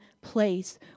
place